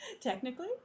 Technically